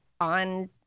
on